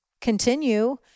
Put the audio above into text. continue